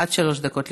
עד שלוש דקות לרשותך,